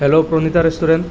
hello Pranita restaurant